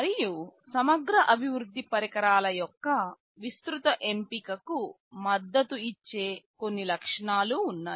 మరియు సమగ్ర అభివృద్ధి పరిసరాల యొక్క విస్తృత ఎంపికకు మద్దతు ఇచ్చే కొన్ని లక్షణాలు ఉన్నాయి